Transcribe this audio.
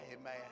amen